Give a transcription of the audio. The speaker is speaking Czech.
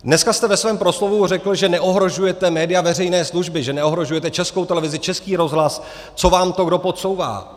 Dneska jste ve svém proslovu řekl, že neohrožujete média veřejné služby, že neohrožujete Českou televizi, Český rozhlas, co vám to kdo podsouvá.